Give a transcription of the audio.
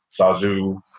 Sazu